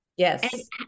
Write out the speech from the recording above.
Yes